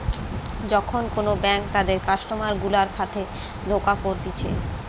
যখন কোন ব্যাঙ্ক তাদের কাস্টমার গুলার সাথে ধোকা করতিছে